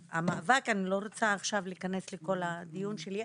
אני לא רוצה להיכנס עכשיו לכל הדיון שלי,